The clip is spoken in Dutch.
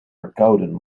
verkouden